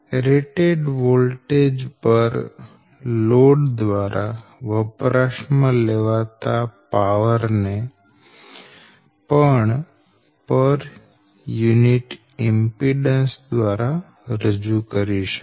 rated voltage પર load દ્વારા વપરાશ માં લેવાતા પાવર ને પણ પર યુનિટ ઇમ્પીડેન્સ દ્વારા રજૂ કરી શકાય